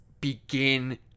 begin